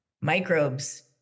microbes